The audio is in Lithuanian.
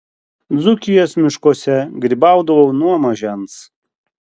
dzūkijos miškuose grybaudavau nuo mažens